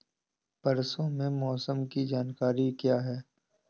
परसों के मौसम की जानकारी क्या है?